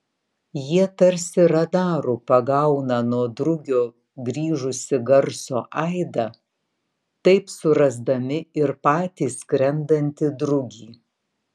jie tarsi radaru pagauna nuo drugio grįžusį garso aidą taip surasdami ir patį skrendantį drugį